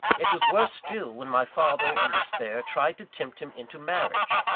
it was worse still, when my father, in despair, tried to tempt him into marriage,